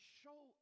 show